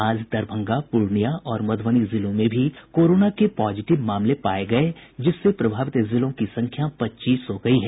आज दरभंगा पूर्णिया और मध्रबनी जिलों में भी कोरोना के पॉजिटिव मामले पाये गये जिससे प्रभावित जिलों की संख्या पच्चीस हो गयी है